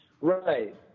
Right